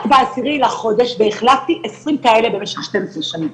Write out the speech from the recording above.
ב-10 לחודש והחלפתי 20 כאלה במשך 12 שנים.